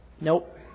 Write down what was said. Nope